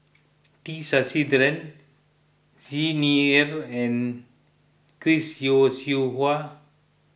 T Sasitharan Xi Ni Er and Chris Yeo Siew Hua